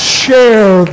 share